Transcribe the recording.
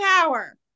power